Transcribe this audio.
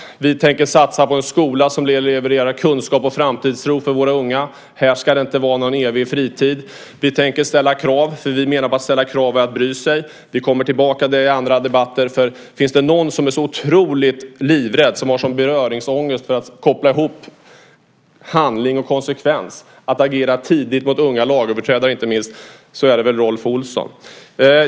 Vi tänker satsa på en skola som levererar kunskap och framtidstro till våra unga. Här ska det inte vara någon evig fritid. Vi tänker ställa krav, för att ställa krav är att bry sig, menar vi. Vi kommer tillbaka till det i andra debatter. Finns det någon som är så otroligt livrädd, som har en sådan beröringsångest för att koppla ihop handling och konsekvens och agera tidigt mot inte minst unga lagöverträdare, är det väl Rolf Olsson.